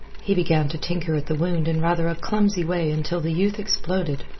he began to tinker at the wound in rather a clumsy way until the youth exploded.